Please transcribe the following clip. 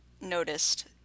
noticed